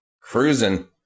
cruising